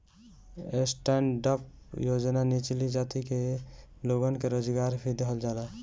stand up योजना निचली जाति के लोगन के रोजगार भी देहल जाला